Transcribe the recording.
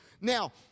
Now